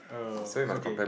err okay